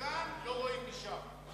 דברים שרואים מכאן לא רואים משם.